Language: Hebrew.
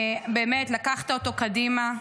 באמת לקחת אותו קדימה.